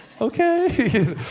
Okay